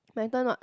better not